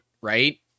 right